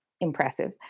impressive